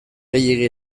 gehiegi